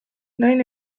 naine